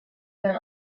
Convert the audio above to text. than